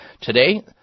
Today